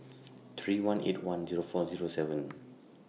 three one eight one Zero four Zero seven